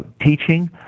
teaching